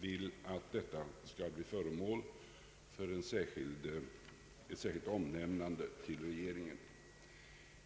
vill att detta skall bli föremål för ett särskilt omnämnande till regeringen.